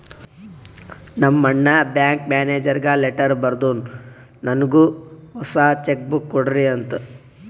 ನಮ್ ಅಣ್ಣಾ ಬ್ಯಾಂಕ್ ಮ್ಯಾನೇಜರ್ಗ ಲೆಟರ್ ಬರ್ದುನ್ ನನ್ನುಗ್ ಹೊಸಾ ಚೆಕ್ ಬುಕ್ ಕೊಡ್ರಿ ಅಂತ್